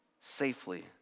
safely